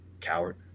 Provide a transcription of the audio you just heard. Coward